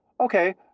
okay